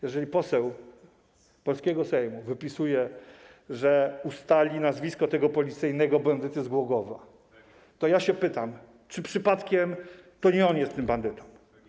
Jeżeli poseł polskiego Sejmu wypisuje, że ustali nazwisko tego policyjnego bandyty z Głogowa, to ja pytam, czy przypadkiem nie on jest tym bandytą.